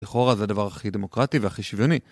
לכאורה זה הדבר הכי דמוקרטי והכי שוויוני.